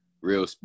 Real